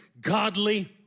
godly